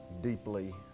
deeply